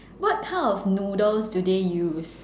what kind of noodles do they use